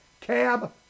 Cab